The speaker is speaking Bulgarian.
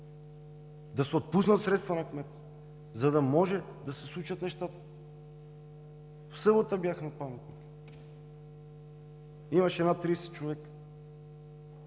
да се отпуснат средства на кмета, за да може да се случат нещата. В събота бях на паметника – имаше над 30 човека.